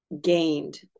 gained